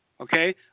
Okay